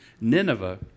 Nineveh